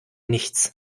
nichts